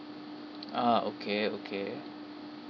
uh okay okay